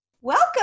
Welcome